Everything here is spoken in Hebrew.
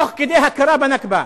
תוך כדי הכרה ב"נכבה".